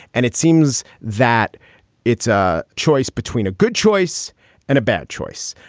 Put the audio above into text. and it seems that it's a choice between a good choice and a bad choice.